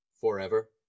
forever